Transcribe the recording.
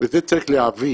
ואת זה צריך להבין,